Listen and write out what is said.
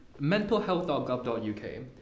mentalhealth.gov.uk